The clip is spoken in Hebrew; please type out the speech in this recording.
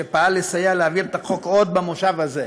שפעל לסייע להעביר את החוק עוד במושב הזה,